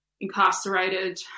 incarcerated